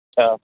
اچھا